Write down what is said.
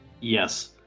Yes